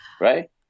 Right